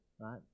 right